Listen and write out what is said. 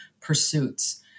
pursuits